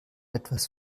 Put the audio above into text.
etwas